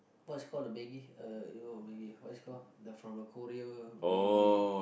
what is call the maggi uh eh what we what is call the from the Korea maggi